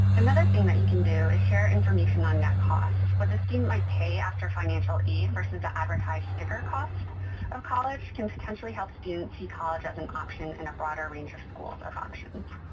another thing that you can do is share information on net costs. what the student might pay after financial aid versus the advertised sticker cost of college can potentially help students see college as an option and a broader range of schools as options.